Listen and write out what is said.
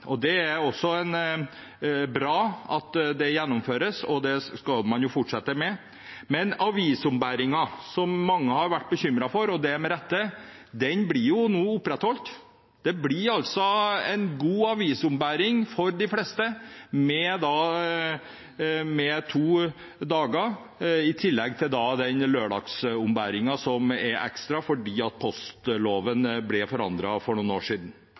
det skal man jo fortsette med. Men avisombæringen, som mange har vært bekymret for – og det med rette – blir nå opprettholdt. Det blir altså en god avisombæring for de fleste, med to dager, i tillegg til lørdagsombæringen som er ekstra, fordi postloven ble forandret for noen år siden.